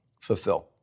fulfill